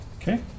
Okay